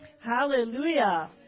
Hallelujah